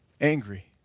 angry